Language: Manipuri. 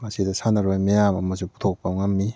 ꯃꯁꯤꯗ ꯁꯥꯟꯅꯔꯣꯏ ꯃꯌꯥꯝ ꯑꯃꯁꯨ ꯄꯨꯊꯣꯛꯄ ꯉꯝꯃꯤ